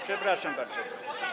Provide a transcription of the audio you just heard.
Przepraszam bardzo.